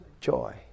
Joy